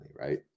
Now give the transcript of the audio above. right